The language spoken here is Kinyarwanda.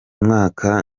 mwaka